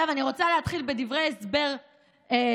עכשיו אני רוצה להתחיל בדברי הסבר קצרים,